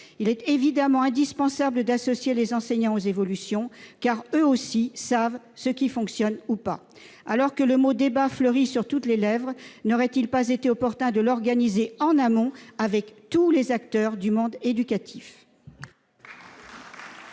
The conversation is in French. Il est évidemment indispensable d'associer les enseignants aux évolutions, car eux aussi savent ce qui fonctionne ou pas. Alors que le mot « débat » fleurit sur toutes les lèvres, n'aurait-il pas été opportun de l'organiser en amont, avec tous les acteurs du monde éducatif ?